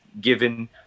given